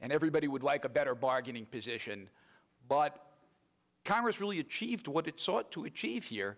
and everybody would like a better bargaining position but congress really achieved what